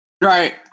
Right